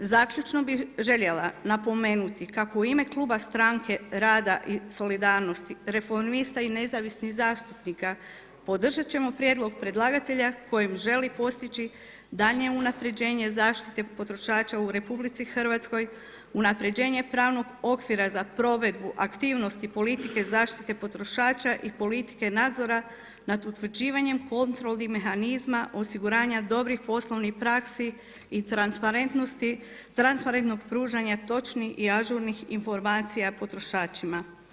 Zaključno bih željela napomenuti kako u ime Kluba Stranke rada i solidarnosti, reformista i nezavisnih zastupnika podržati ćemo prijedlog predlagatelja kojim želi postići daljnje unapređenje zaštite potrošača u RH, unapređenje pravnog okvira za provedbu aktivnosti politike zaštite potrošača i politike nadzora nad utvrđivanjem kontrolnih mehanizma, osiguranja dobrih poslovnih praksi i transparentnosti, transparentnog pružanja točnih i ažurnih informacija potrošačima.